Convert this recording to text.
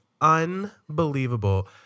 unbelievable